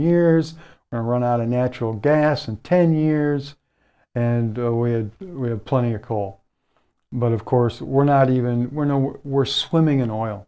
years and run out of natural gas in ten years and we had we have plenty of coal but of course we're not even we're nowhere we're swimming in oil